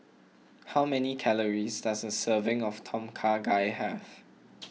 how many calories does a serving of Tom Kha Gai have